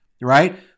right